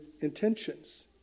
intentions